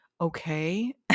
okay